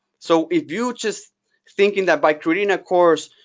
so if you're just thinking that by creating a course,